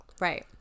Right